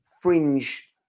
fringe